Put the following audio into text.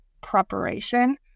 preparation